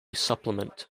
supplement